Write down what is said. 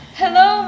hello